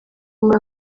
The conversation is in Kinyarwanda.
muri